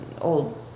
old